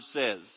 says